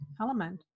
element